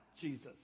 Jesus